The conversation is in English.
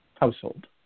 household